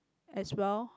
as well